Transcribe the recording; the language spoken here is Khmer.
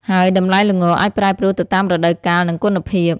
ហើយតម្លៃល្ងអាចប្រែប្រួលទៅតាមរដូវកាល និងគុណភាព។